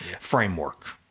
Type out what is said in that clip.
framework